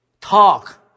talk